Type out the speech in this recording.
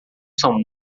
são